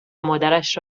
مادرش